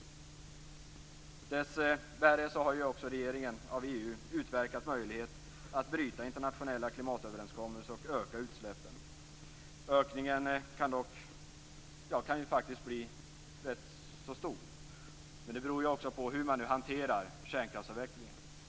Dessvärre har regeringen av EU utverkat möjlighet att bryta internationella klimatöverenskommelser och öka utsläppen. Denna ökning kan bli rätt så stor, men det beror ju också på hur man hanterar kärnkraftsavvecklingen.